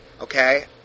Okay